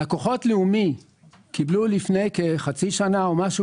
לקוחות לאומי קיבלו לפני כחצי שנה או משהו